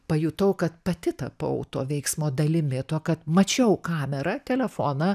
pajutau kad pati tapau to veiksmo dalimi tuo kad mačiau kamera telefoną